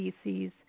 species